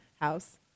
house